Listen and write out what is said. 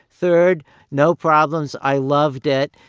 third no problems, i loved it.